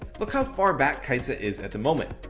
look how far back kai'sa is at the moment.